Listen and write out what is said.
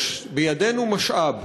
יש בידינו משאב,